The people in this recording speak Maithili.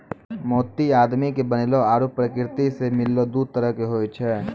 मोती आदमी के बनैलो आरो परकिरति सें मिललो दु तरह के होय छै